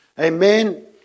Amen